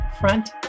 Front